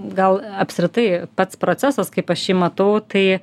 gal apskritai pats procesas kaip aš jį matau tai